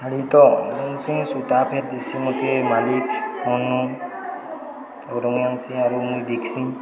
ଆ ତଂସିି ସୁତା ଫେର୍ ଦିଶି ମୋତେ ମାଲିକନୁ ରଙ୍ଗିସି ଆରୁ ମୁଇଁ ବିକ୍ସି